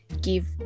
give